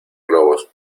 globos